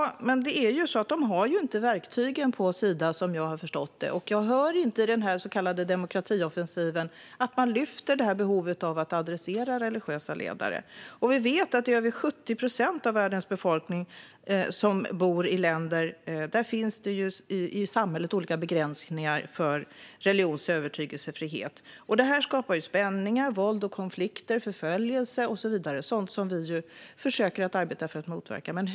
Herr talman! Jovisst, men Sida har ju inte några verktyg, som jag har förstått det. Jag hör inte att man i den så kallade demokratioffensiven lyfter upp behovet av att adressera religiösa ledare. Vi vet att över 70 procent av världens befolkning bor i länder där det i samhället finns olika begränsningar för religions och övertygelsefrihet. Detta skapar spänningar, våld, konflikter, förföljelse och så vidare. Detta är sådant som vi arbetar för att försöka motverka.